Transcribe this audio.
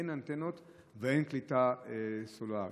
אין אנטנות ואין קליטה סלולרית.